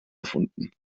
erfunden